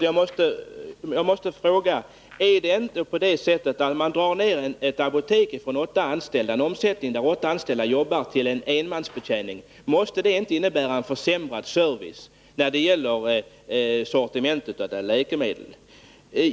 Fru talman! När man gör en neddragning för ett apotek med den omsättning det här är fråga om från åtta anställda till enmansbetjäning, måste då inte detta innebära försämrad service när det gäller läkemedelssortimentet?